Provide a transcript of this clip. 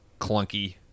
clunky